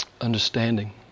understanding